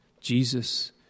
Jesus